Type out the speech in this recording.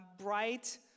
bright